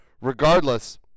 regardless